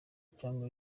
cyangwa